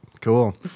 Cool